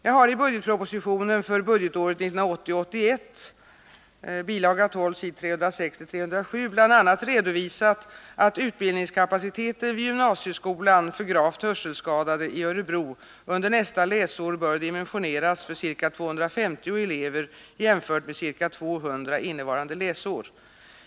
Jag har i budgetpropositionen för budgetåret 1980 80:100 bil. 12 s. 306-307) bl.a. redovisat att utbildningskapaciteten vid gymnasieskolan för gravt hörselskadade i Örebro under nästa läsår bör dimensioneras för ca 250 elever jämfört med ca 200 innevarande läsår.